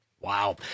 Wow